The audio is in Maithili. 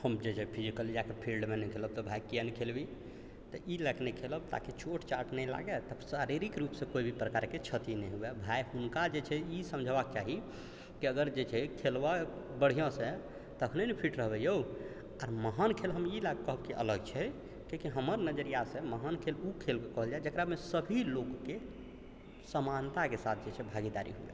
हम जे छै फिजिकली जाके फील्ड मे नहि खेलब तऽ भाइ किये नहि खेलबहि तऽ ई लैकऽ नहि खेलब ताकि चोट चाट नहि लागे तऽ शारीरिक रूपसँ कोइ भी प्रकारके क्षति नहि हुए भाइ हुनका जे छै ई समझबाक चाही कि अगर जे छै खेलबऽ बढ़ियाॅं से तखने ने फिट रहबै यौ आर महान खेल हम ई लैकऽ कहब कि अलग छै किएकि हमरा नजरियासँ महान खेल ओ खेल के कहल जाइ जेकरा मे सभी लोग के समानता के साथ जे छै भागीदारी हुए